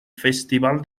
festival